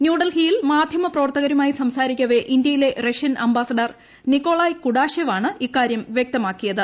ന്യൂഡൽഹിയിൽ മാധ്യമ പ്രവർത്തകരുമായി സംസാരിക്കവെ ഇന്ത്യയിലെ റഷ്യൻ അംബാസിഡർ നിക്കോളായി കുഡാഷെവാണ് ഇക്കാര്യം വ്യക്തമാക്കിയത്